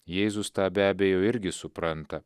jėzus tą be abejo irgi supranta